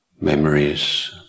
memories